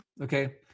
okay